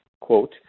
quote